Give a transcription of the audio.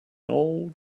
old